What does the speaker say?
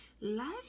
life